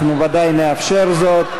אנחנו בוודאי נאפשר זאת.